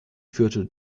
führte